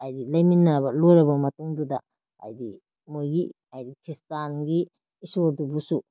ꯍꯥꯏꯗꯤ ꯂꯩꯃꯤꯟꯅꯔꯕ ꯂꯣꯏꯔꯕ ꯃꯇꯨꯡꯗꯨꯗ ꯍꯥꯏꯗꯤ ꯃꯣꯏꯒꯤ ꯍꯥꯏꯗꯤ ꯈ꯭ꯔꯤꯁꯇꯥꯟꯒꯤ ꯏꯁꯣꯔꯗꯨꯕꯨꯁꯨ